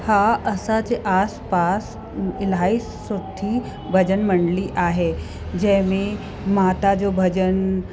हा असांजे आस पास इलाही सुठी भॼन मंडली आहे जंहिं में माता जो भॼनु